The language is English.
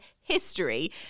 history